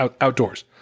outdoors